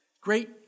Great